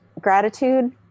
gratitude